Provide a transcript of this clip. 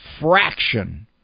fraction